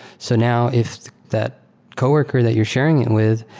so now, if that coworker that you're sharing it with,